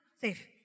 safe